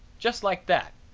just like that,